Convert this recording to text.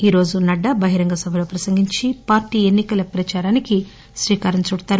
ఈరోజు నడ్డా బహిరంగ సభలో ప్రసంగించి పార్టీ ఎన్ని కల ప్రచారానికి శ్రీకారం చుడతారు